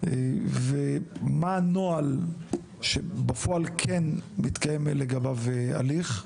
ומה הנוהל שבפועל מתקיים לגביו הליך,